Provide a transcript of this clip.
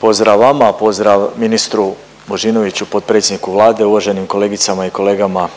pozdrav vama, pozdrav ministru Božinoviću, potpredsjedniku Vlade, uvaženim kolegicama i kolegama